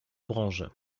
branche